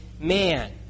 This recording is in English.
man